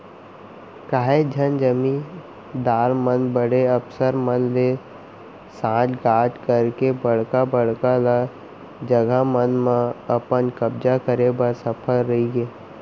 काहेच झन जमींदार मन बड़े अफसर मन ले सांठ गॉंठ करके बड़का बड़का ल जघा मन म अपन कब्जा करे बर सफल रहिगे